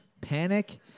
Panic